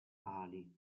ali